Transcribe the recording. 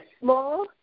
Small